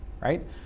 right